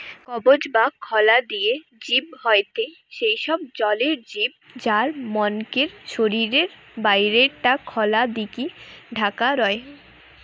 কবচ বা খলা দিয়া জিব হয়থে সেই সব জলের জিব যার মনকের শরীরের বাইরে টা খলস দিকি ঢাকা রয়